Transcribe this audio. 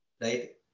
right